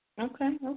Okay